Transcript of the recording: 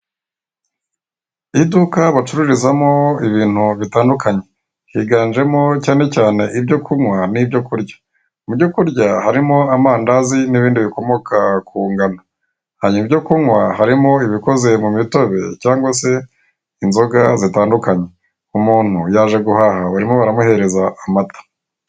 Iduka bacururizamo ibintu bitandukanye higanjemo cyane cyane ibyo kunywa n'ibyo kurya mu byo kurya harimo amandazi n'ibindi bikomoka ku ngano, hanyuma ibyo kunywa harimo ibikoze mu mitobe cyangwa se inzoga zitandukanye. Umuntu yaje guhaha barimo baramuhereza amata.